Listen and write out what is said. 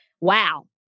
wow